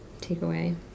takeaway